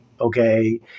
Okay